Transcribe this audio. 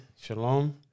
shalom